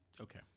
Okay